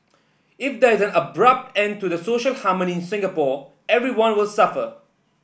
if there is an abrupt end to the social harmony in Singapore everyone will suffer